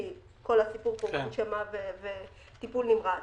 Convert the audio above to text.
בגלל ההנשמה והטיפול הנמרץ.